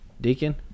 deacon